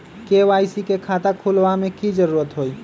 KYC के खाता खुलवा में की जरूरी होई?